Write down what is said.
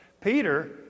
Peter